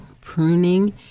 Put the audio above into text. pruning